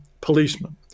policemen